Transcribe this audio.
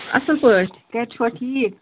اَصٕل پٲٹھۍ گَرِ چھُوا ٹھیٖک